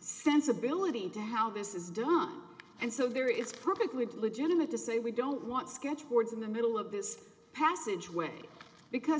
sensibility to how this is done and so they're it's perfectly legitimate to say we don't want sketch fords in the middle of this passageway because